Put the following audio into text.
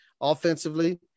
offensively